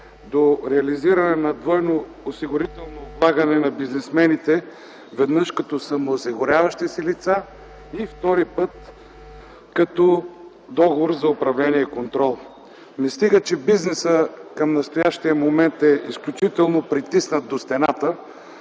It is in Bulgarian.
до реализиране на двойно осигурително облагане на бизнесмените – веднъж като самоосигуряващи се лица, и втори път – като договор за управление и контрол. Не стига, че бизнесът към настоящия момент е изключително притиснат до стената,